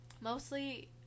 Mostly